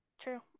True